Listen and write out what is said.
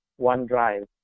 OneDrive